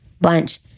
bunch